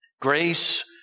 Grace